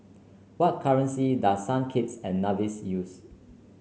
what currency does Saint Kitts and Nevis use